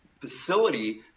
facility